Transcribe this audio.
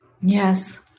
Yes